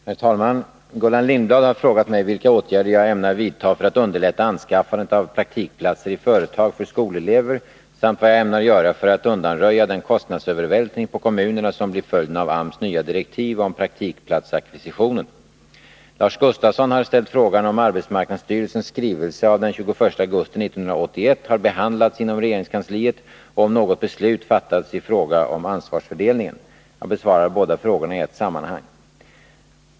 Herr talman! Gullan Lindblad har frågat mig vilka åtgärder jag ämnar vidta för att underlätta anskaffandet av praktikplatser i företag för skolelever samt vad jag ämnar göra för att undanröja den kostnadsövervältring på kommunerna som blir följden av AMS nya direktiv om praktikplatsackvisitionen. Lars Gustafsson har ställt frågan om arbetsmarknadsstyrelsens skrivelse av den 21 augusti 1981 har behandlats inom regeringskansliet och om något beslut fattats i fråga om ansvarsfördelning. Jag besvarar båda frågorna i ett sammanhang.